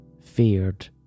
...feared